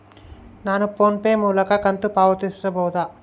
ನಾವು ಫೋನ್ ಪೇ ಮೂಲಕ ಕಂತು ಪಾವತಿಸಬಹುದಾ?